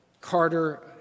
Carter